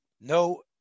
No